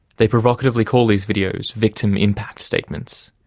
they provocatively call these videos victim impact statements.